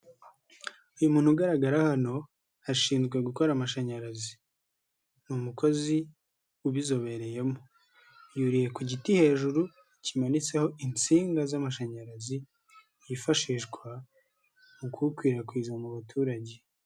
Uyu muntu ugaragara hano ashinzwe gukora amashanyarazi. Ni umukozi ubizobereyemo. Yuriye ku giti hejuru kimanitseho insinga z'amashanyarazi yifashishwa mu kuwukwirakwiza mu baturage.